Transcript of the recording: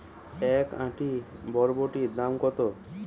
এক আঁটি বরবটির দাম কত?